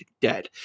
Dead